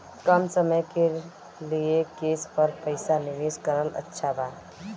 कम समय के लिए केस पर पईसा निवेश करल अच्छा बा?